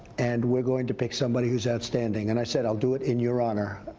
and we're going to pick somebody who is outstanding. and i said i will do it in your honor,